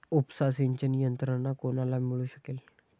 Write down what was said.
उपसा सिंचन यंत्रणा कोणाला मिळू शकेल?